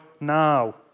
now